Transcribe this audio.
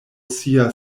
sia